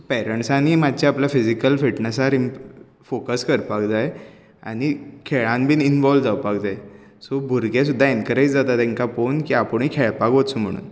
so पेरन्टसांनी मात्शें आपले फिजिकल फिटनसार आपले फॉकस करपाक जाय आनी खेळान बी इनवॉल्व जावपाक जाय सो भुरगें सुद्दां एनकरेज जातात तेंकां पोळोन की आपुणूय खेळपाक वचू म्हणून